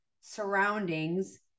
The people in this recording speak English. surroundings